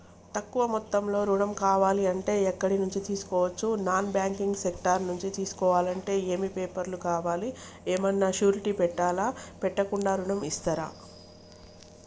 తక్కువ మొత్తంలో ఋణం కావాలి అంటే ఎక్కడి నుంచి తీసుకోవచ్చు? నాన్ బ్యాంకింగ్ సెక్టార్ నుంచి తీసుకోవాలంటే ఏమి పేపర్ లు కావాలి? ఏమన్నా షూరిటీ పెట్టాలా? పెట్టకుండా ఋణం ఇస్తరా?